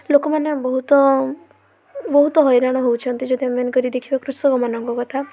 ଲୋକମାନେ ବହୁତ ବହୁତ ହଇରାଣ ହେଉଛନ୍ତି ଯଦି ମେନ କରି ଦେଖିବା କୃଷକମାନଙ୍କ କଥା